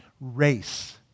race